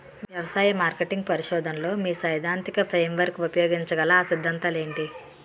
వ్యవసాయ మార్కెటింగ్ పరిశోధనలో మీ సైదాంతిక ఫ్రేమ్వర్క్ ఉపయోగించగల అ సిద్ధాంతాలు ఏంటి?